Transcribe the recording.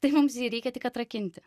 tai mums reikia tik atrakinti